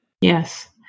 Yes